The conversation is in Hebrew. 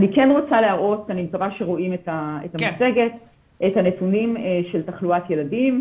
אני רוצה להראות את הנתונים של תחלואת ילדים.